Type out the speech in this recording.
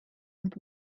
with